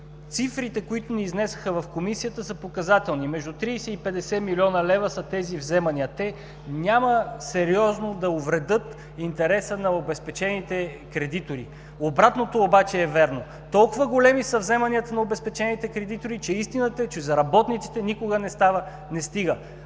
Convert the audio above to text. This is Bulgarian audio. Цифрите, които ни изнесоха в Комисията, са показателни – между 30 и 50 млн. лв. са тези вземания. Те няма сериозно да увредят интереса на обезпечените кредитори. Обратното обаче е вярно. Толкова големи са вземанията на обезпечените кредитори, че истината е, че за работниците никога не стига.